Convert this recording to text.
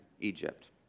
Egypt